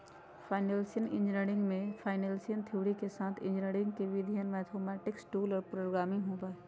financial engineering में financial theory के साथ इंजीनियरिंग के विधियन, मैथेमैटिक्स टूल्स और प्रोग्रामिंग होबा हई